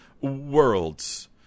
worlds